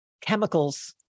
chemicals